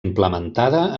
implementada